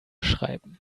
schreiben